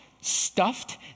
stuffed